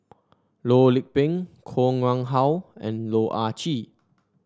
Loh Lik Peng Koh Nguang How and Loh Ah Chee